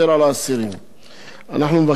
אנחנו מבקשים, אדוני השר, שתדע: